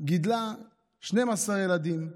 גידלה 12 ילדים.